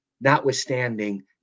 Notwithstanding